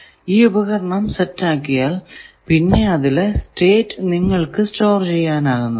ഈ ഉപകരണം സെറ്റ് ആക്കിയാൽ പിന്നെ അതിലെ സ്റ്റേറ്റ് നിങ്ങൾക്കു സ്റ്റോർ ചെയ്യാവുന്നതാണ്